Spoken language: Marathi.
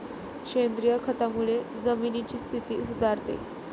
सेंद्रिय खतामुळे जमिनीची स्थिती सुधारते